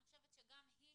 אני חושבת שגם היא